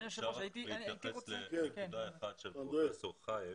אפשר רק להתייחס לנקודה אחת של פרופ' חאיק